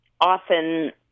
often